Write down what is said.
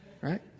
right